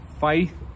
Faith